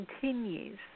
continues